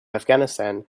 afghanistan